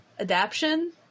Adaption